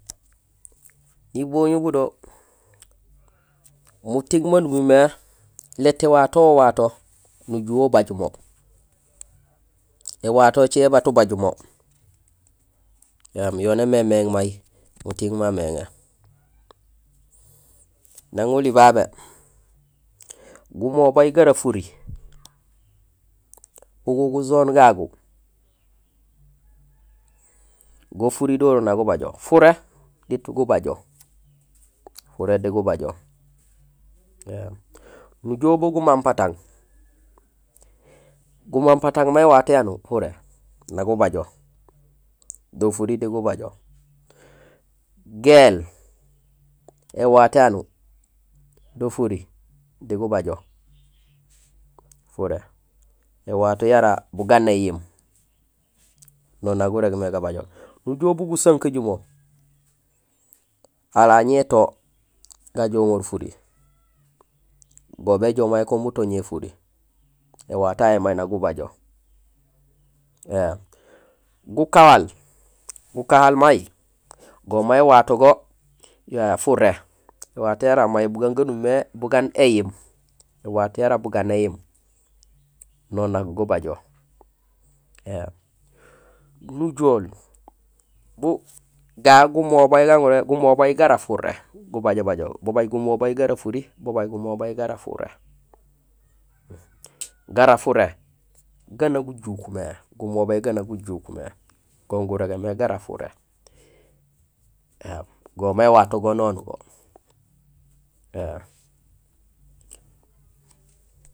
Nibonul bodo muting maan umimé léét éwato wato nujuwé ubaaj mo, éwato écé maat ubaaj mo, éém yo némémééŋ may muting maméŋé. Nang oli babé, gumobay gara furi ugu gu jaune gagu, go furi dohoro na gubajo, furé diit gubajo, furé di gubajo éém, nujool bu gumampatang, gumampatang may éwato yanuur; furé na ubajo, do furi di gubajo, géél éwato yanuur; do furi di gubajo; furé éwato yara bugaan néyéém no na gurégmé gabajo, nujool bu gusankajumo; hala ñé to gajoŋoor furi; go béjoow may kun buto ñé méy furi; éwato yayu may na gubajo éém, gukawal, gakahal may go may éwato go yo yayé furé; éwato yara may bugaan gamimé, bugaan éyiim; éwato yara bugaab éyiim no nak gubajo éém, nujool bu ga gumobay ga gurémé gumobay gara furé gubajo bajo; babaaj gumobay gara furi; babaaj gumobay gara furé. Gara furé, gaan na gujuuk mé, gumobay ga nak gujuuk mé go gurégémé gumobay gara furé éém go may éwato go noon go éém.